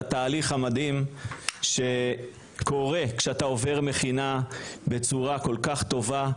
לתהליך המדהים שקורה כשאתה עובר מכינה בצורה כל כך טובה,